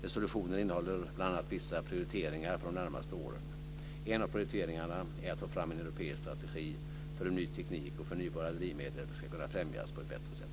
Resolutionen innehåller bl.a. vissa prioriteringar för de närmaste åren. En av dessa prioriteringar är att få fram en europeisk strategi för hur ny teknik och förnybara drivmedel ska kunna främjas på ett bättre sätt.